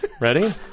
Ready